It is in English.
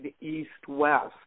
east-west